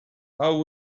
how